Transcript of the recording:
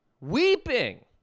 weeping